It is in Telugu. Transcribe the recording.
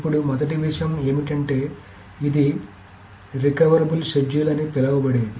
ఇప్పుడు మొదటి విషయం ఏమిటంటే ఇది పునరుద్ధరించబడిన షెడ్యూల్ అని పిలవబడేది